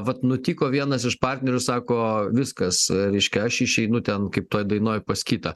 vat nutiko vienas iš partnerių sako viskas reiškia aš išeinu ten kaip toj dainoj pas kitą